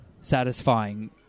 satisfying